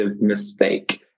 mistake